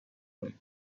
کنیم